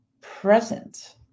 present